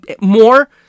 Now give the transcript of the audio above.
more